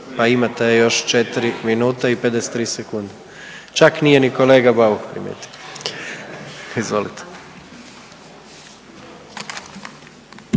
pa imate još 4 minute i 53 sekunde. Čak nije ni kolega Bauk primijetio. Izvolite.